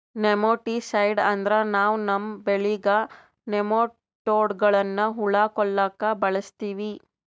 nematicide ಅಂದ್ರ ನಾವ್ ನಮ್ಮ್ ಬೆಳ್ಯಾಗ್ ನೆಮಟೋಡ್ಗಳ್ನ್ ಹುಳಾ ಕೊಲ್ಲಾಕ್ ಬಳಸ್ತೀವಿ